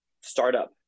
startup